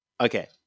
Okay